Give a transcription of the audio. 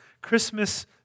Christmas